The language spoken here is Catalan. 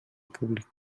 pública